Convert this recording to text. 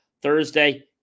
Thursday